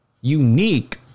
unique